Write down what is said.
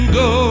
go